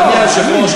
אדוני היושב-ראש,